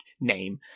name